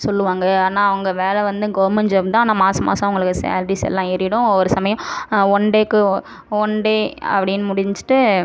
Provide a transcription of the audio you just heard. சொல்லுவாங்க ஆனால் அவங்க வேலை வந்து கோவர்மெண்ட் ஜாப் தான் மாதம் மாதம் அவங்களுக்கு சேலரிஸ் எல்லாம் ஏறிவிடும் ஒரு சமயம் ஒன் டேக்கு ஒன் டே அப்படின்னு முடிஞ்சிட்டு